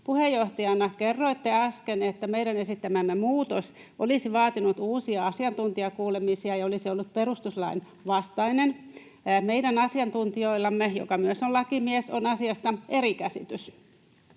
Puheenjohtajana kerroitte äsken, että meidän esittämämme muutos olisi vaatinut uusia asiantuntijakuulemisia ja olisi ollut perustuslain vastainen. Meidän asiantuntijallamme, joka myös on lakimies, on asiasta eri käsitys.